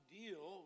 deal